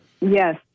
Yes